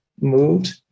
moved